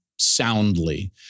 Soundly